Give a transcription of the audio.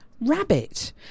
rabbit